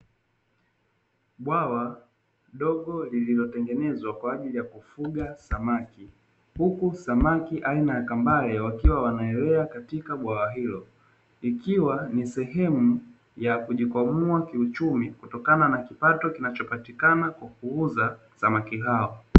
Bwawa dogo lililotengenezwa kwaajili ya kufugia samaki. Huku samaki aina ya kambale wakiwa wanaelea katika bwawa hilo, ikiwa ni sehemu yakujikwamua kiuchumi kutokana na kipato lkinachopatikana kwa kuuza samaki hao.